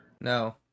no